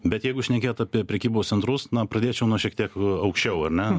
bet jeigu šnekėt apie prekybos centrus na pradėčiau nuo šiek tiek aukščiau ar ne